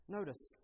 Notice